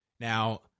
Now